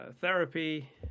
therapy